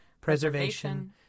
preservation